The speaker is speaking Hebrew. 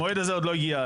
המועד הזה עוד לא הגיע,